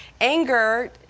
anger